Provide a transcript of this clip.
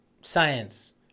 science